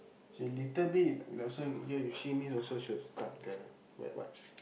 she little bit and also ya you see me also she will start the wet wipes